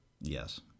Yes